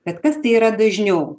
bet kas tai yra dažniau